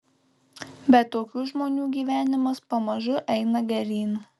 bet tokių žmonių gyvenimas pamažu eina geryn